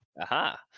Aha